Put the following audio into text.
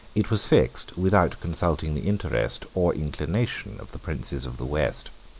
it was fixed without consulting the interest or inclination of the princes of the west.